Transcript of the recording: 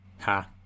Ha